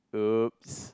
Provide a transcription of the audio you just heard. !oops!